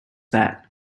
that